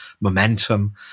momentum